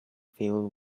filled